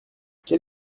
quel